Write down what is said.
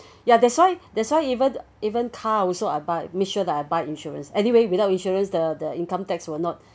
ya that's why that's why even even car also I buy make sure that I buy insurance anyway without insurance the the income tax will not